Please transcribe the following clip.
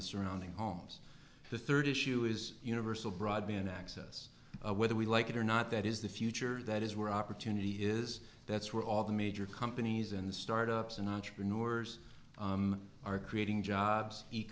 the surrounding homes the third issue is universal broadband access whether we like it or not that is the future that is where opportunity is that's where all the major companies and the startups and entrepreneurs are creating jobs